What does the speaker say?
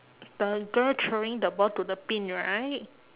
the girl throwing the ball to the pin right